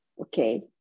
Okay